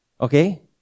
Okay